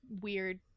Weird